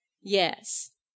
Yes